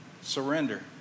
surrender